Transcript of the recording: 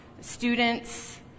students